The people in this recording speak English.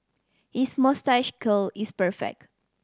his moustache curl is perfect